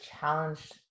challenged